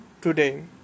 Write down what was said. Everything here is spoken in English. today